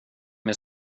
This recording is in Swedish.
med